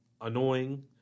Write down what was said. annoying